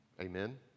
Amen